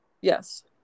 Yes